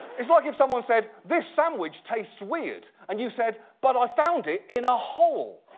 like if someone said, this sandwich tastes weird and you said, but i found it in a hole!